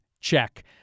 Check